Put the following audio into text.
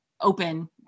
open